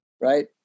right